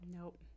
nope